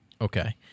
Okay